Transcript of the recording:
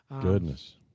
Goodness